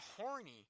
horny